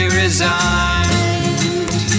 resigned